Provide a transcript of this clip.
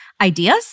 ideas